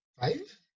Five